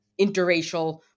interracial